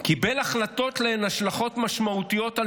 "קיבל החלטות שלהן השלכות משמעותיות על